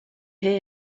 hear